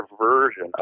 version